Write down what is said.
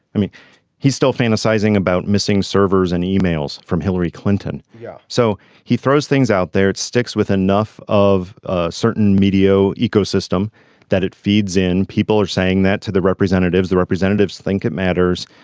i mean he's still fantasizing about missing servers and emails from hillary clinton. yeah so he throws things out there it sticks with enough of ah certain media ecosystem that it feeds in. people are saying that to the representatives the representatives think it matters.